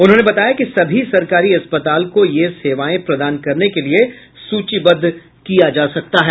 उन्होंने बताया कि सभी सरकारी अस्पताल को ये सेवाएं प्रदान करने के लिए सूचीबद्ध किया जा सकता है